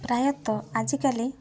ପ୍ରାୟତଃ ଆଜିକାଲି